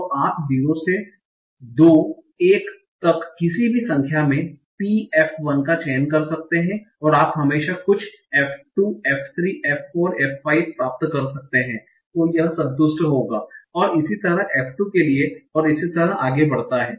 तो आप 0 से 2 1 तक किसी भी संख्या में p f 1 का चयन कर सकते हैं और आप हमेशा कुछ f 2 f 3 f 4 f 5 प्राप्त कर सकते हैं जो संतुष्ट होंगा और इसी तरह f 2 के लिए और इसी तरह आगे बढ़ता है